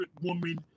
woman